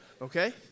Okay